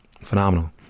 Phenomenal